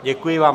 Děkuji vám.